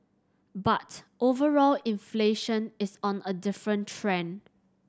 but overall inflation is on a different trend